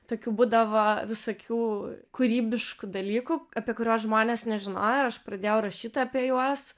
tokių būdavo visokių kūrybiškų dalykų apie kuriuos žmonės nežinojo ir aš pradėjau rašyt apie juos